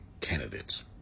candidates